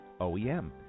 oem